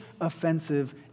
offensive